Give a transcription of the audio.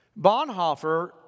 Bonhoeffer